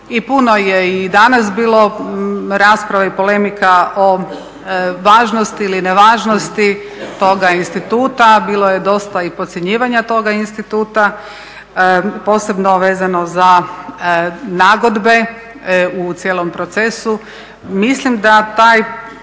i puno je i danas bilo rasprava i polemika o važnosti ili nevažnosti toga instituta, bilo je dosta i podcjenjivanja toga instituta posebno vezano za nagodbe u cijelom procesu. Mislim da te